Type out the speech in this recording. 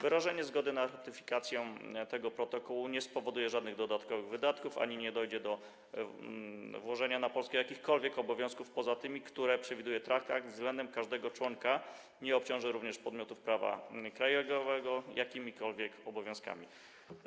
Wyrażenie zgody na ratyfikację tego protokołu nie spowoduje żadnych dodatkowych wydatków ani nie dojdzie do nałożenia na Polskę jakichkolwiek obowiązków poza tymi, które przewiduje traktat względem każdego członka, nie obciąży również podmiotów prawa krajowego jakimikolwiek obowiązkami.